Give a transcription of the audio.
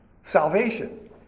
salvation